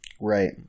Right